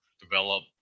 develop